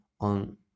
on